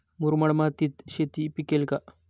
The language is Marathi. मुरमाड मातीत शेती पिकेल का?